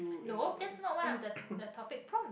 no that's not one of the the topic prompt